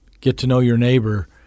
get-to-know-your-neighbor